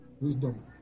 Wisdom